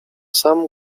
sam